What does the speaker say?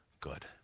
good